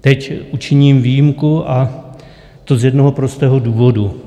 Teď učiním výjimku, a to z jednoho prostého důvodu.